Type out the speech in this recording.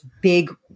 big